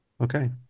Okay